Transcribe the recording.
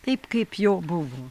taip kaip jo buvo